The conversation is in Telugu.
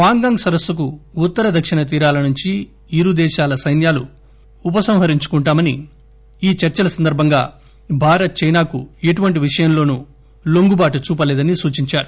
పాంగాంగ్ సరస్పుకు ఉత్తర దక్షిణ తీరాల నుంచి ఇరు దేశాల సైన్యాలు ఉపసంహరించుకుంటారని ఈ చర్చల సందర్బంగా భారత్ చైనాకు ఎటువంటి విషయంలోనూ లొంగుబాటు చూపలేదని సూచించారు